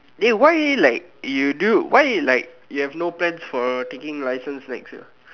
eh why you like you do why you like you have no plans for taking license next year